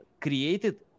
created